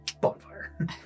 bonfire